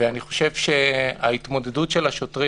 ואני חושב שההתמודדות של השוטרים